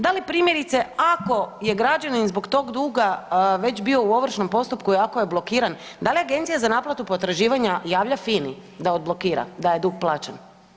Da li primjerice ako je građanin zbog duga već bio u ovršnom postupku i ako je blokiran da li agencija za naplatu potraživanja javlja FINA-i da odblokira da je dug plaćen?